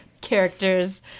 characters